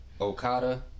Okada